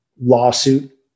lawsuit